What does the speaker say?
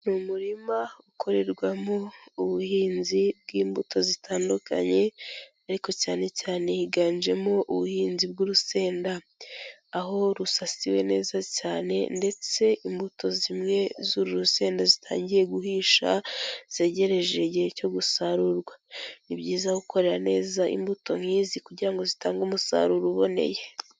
Ni umurima ukorerwamo ubuhinzi bw'imbuto zitandukanye, ariko cyane cyane higanjemo ubuhinzi bw'urusenda, aho rusasiwe neza cyane ndetse imbuto zimwe z'uru rusenda zitangiye guhisha, zegereje igihe cyo gusarurwa. Ni byiza gukorera neza imbuto nk'izi kugira ngo zitange umusaruro uboneye.